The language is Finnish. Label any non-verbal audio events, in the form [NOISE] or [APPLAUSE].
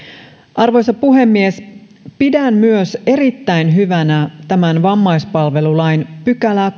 arvoisa puhemies pidän myös erittäin hyvänä tämän vammaispalvelulain kuudettatoista pykälää [UNINTELLIGIBLE]